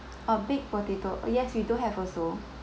uh baked potato yes we do have also